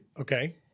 Okay